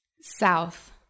south